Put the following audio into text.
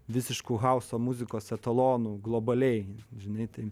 visišku hauso muzikos etalonu globaliai žinai tai